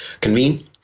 convene